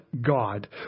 God